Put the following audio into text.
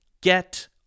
get